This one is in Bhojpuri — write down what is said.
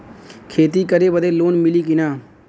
खेती करे बदे लोन मिली कि ना?